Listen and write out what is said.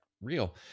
real